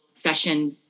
session